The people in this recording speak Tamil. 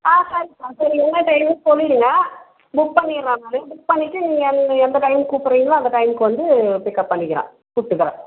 ஆ சரிப்பா சரி என்ன டைமுன்னு சொல்லிடுங்கள் புக் பண்ணிடுறேன் நானு புக் பண்ணிகிட்டு நீங்கள் அந்த எந்த டைம்க்கு கூப்பிட்றிங்களோ அந்த டைமுக்கு வந்து பிக்கப் பண்ணிக்கிறேன் கூப்பிட்டுக்குறேன்